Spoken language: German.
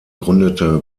gründete